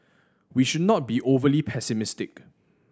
we should not be overly pessimistic